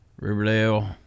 Riverdale